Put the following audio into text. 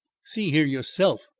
see here yourself,